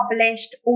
published